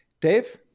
dave